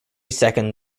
second